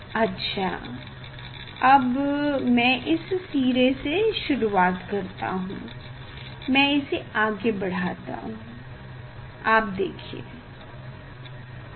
अच्छा मैं इस सिरे से शुरू करता हूँ मैं इसे आगे बढ़ता हूँ आप देखिए